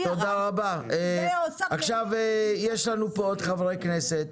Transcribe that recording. תודה רבה עכשיו יש לנו פה עוד חברי כנסת,